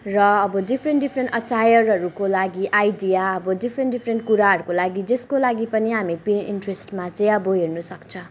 र अब different different अटायरहरूको लागि आइडिया अब डिफरेन्ट डिफरेन्ट कुराहरूको लागि जसको लागि पनि हामी पिन इन्ट्रेस्टमा चाहिँ अब हेर्नुसक्छ